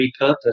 repurpose